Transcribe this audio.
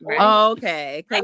okay